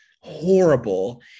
horrible